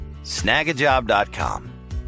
Snagajob.com